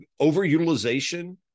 overutilization